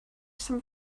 some